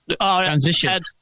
transition